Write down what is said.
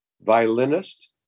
violinist